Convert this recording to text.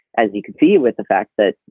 as you can see with the fact that,